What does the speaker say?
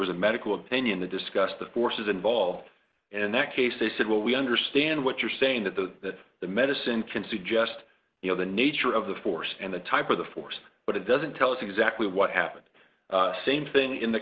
was a medical opinion to discuss the forces involved in that case they said well we understand what you're saying that the that the medicine can suggest you know the nature of the force and the type of the force but it doesn't tell us exactly what happened same thing in the